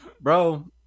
Bro